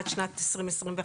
עד שנת 2021,